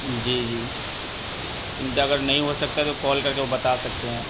جی جی ان کا اگر نہیں ہو سکتا تو کال کر کے وہ بتا سکتے ہیں